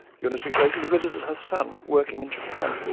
unity regularly visited her son, working in japan,